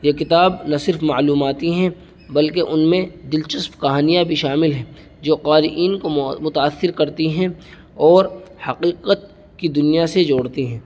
یہ کتاب نہ صرف معلوماتی ہیں بلکہ ان میں دلچسپ کہانیاں بھی شامل ہیں جو قارئین کو متاثر کرتی ہیں اور حقیقت کی دنیا سے جوڑتی ہیں